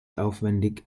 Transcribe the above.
aufwendig